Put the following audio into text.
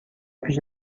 پیش